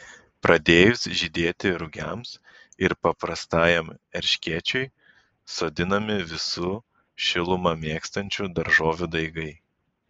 pradėjus žydėti rugiams ir paprastajam erškėčiui sodinami visų šilumą mėgstančių daržovių daigai